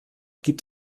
gibt